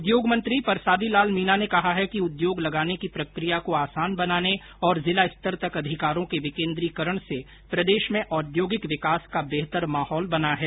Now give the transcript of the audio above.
उद्योग मंत्री परसादी लाल मीना ने कहा है कि उद्योग लगाने की प्रक्रिया को आसान बनाने और जिला स्तर तक अधिकारों के विकेन्द्रीकरण से प्रदेश में औद्योगिक विकास का बेहतर माहौल बना है